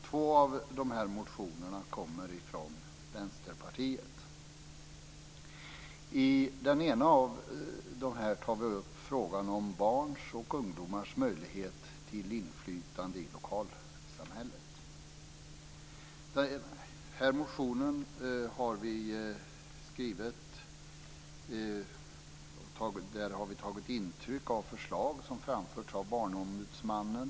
Två av motionerna kommer från I den ena motionen tar vi upp frågan om barns och ungdomars möjligheter till inflytande i lokalsamhället. Vi skrev den här motionen efter att ha tagit intryck av förslag som framförts av Barnombudsmannen.